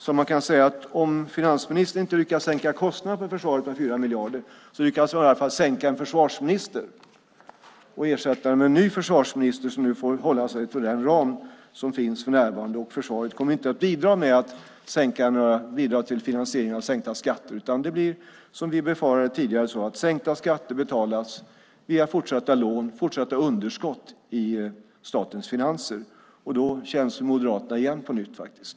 Man kan alltså säga att om finansministern inte lyckades sänka kostnaderna för försvaret med 4 miljarder lyckades han i alla fall sänka en försvarsminister och ersätta honom med en ny som nu får hålla sig till den ram som för närvarande finns. Försvaret kommer inte att bidra till någon finansiering av sänkta skatter, utan det blir som vi befarade: Sänkta skatter betalas via fortsatta lån och fortsatta underskott i statens finanser. Då känns Moderaterna igen på nytt.